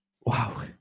Wow